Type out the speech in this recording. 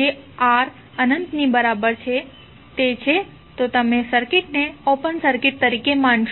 જે R અનંતની બરાબર છે તે છે તો તમે સર્કિટને ઓપન સર્કિટ તરીકે માનશો